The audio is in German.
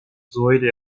säule